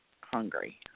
hungry